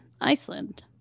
Iceland